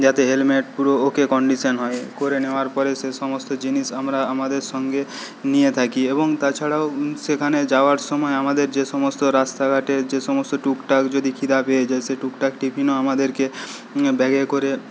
যাতে হেলমেট পুরো okay condition হয় করে নেওয়ার পরে সে সমস্ত জিনিস আমরা আমাদের সঙ্গে নিয়ে থাকি এবং তাছাড়াও সেখানে যাওয়ার সময় আমাদের যে সমস্ত রাস্তাঘাটে যে সমস্ত টুকটাক যদি ক্ষিধে পেয়ে যায় সে টুকটাক টিফিনও আমাদেরকে ব্যাগে করে